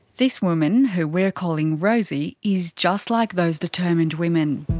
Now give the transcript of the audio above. this woman, who we're calling rosie, is just like those determined women.